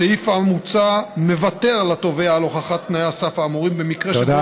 הסעיף המוצע מוותר לתובע על הוכחת תנאי הסף האמורים במקרה שבו למעשה,